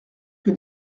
que